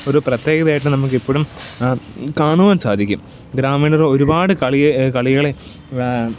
ഒരു പ്രത്യേകതയായിട്ടാണ് നമുക്കിപ്പോഴും കാണുവാൻ സാധിക്കും ഗ്രാമീണർ ഒരുപാട് കളിയെ കളികളെ